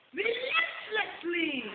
relentlessly